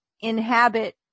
inhabit